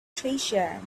treasure